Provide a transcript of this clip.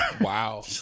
Wow